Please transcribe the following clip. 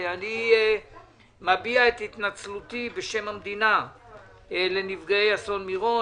אני מביע את התנצלותי בשם המדינה לנפגעי אסון מירון.